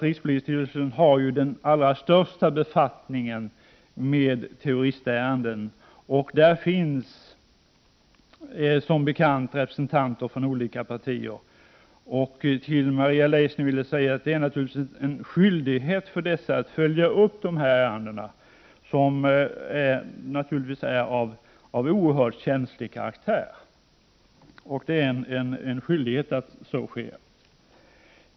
Rikspolisstyrelsen har allra störst befattning med terroristärenden. Som bekant finnsirtikspolisstyrelsens styrelser representanter för olika partier. Till Maria Leissner vill jag säga att det naturligtvis föreligger en skyldighet för partiernas representanter att följa upp dessa ärenden, som är av oerhört känslig karaktär.